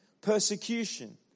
persecution